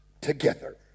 together